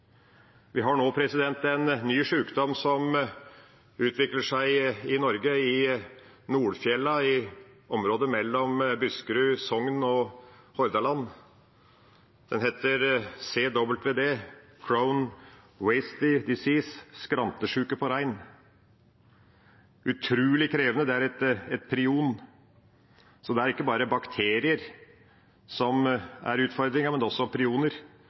ny sykdom som utvikler seg i Norge, i Nordfjella i området mellom Buskerud, Sogn og Hordaland. Den heter CWD – «Chronic Wasting Disease» – skrantesjuke på rein. Det er utrolig krevende. Det er et prion, så det er ikke bare bakterier som er utfordringen, men også prioner,